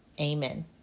Amen